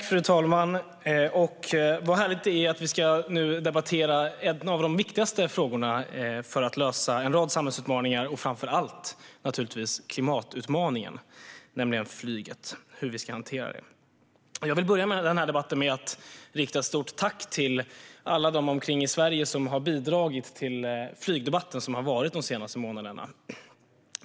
Fru talman! Vad härligt det är att vi nu ska debattera en av de viktigaste frågorna när det gäller att lösa en rad samhällsutmaningar, framför allt naturligtvis klimatutmaningen, nämligen flyget och hur vi ska hantera det. Jag vill börja den här debatten med att rikta ett stort tack till alla runt omkring i Sverige som har bidragit till den flygdebatt som förts de senaste månaderna.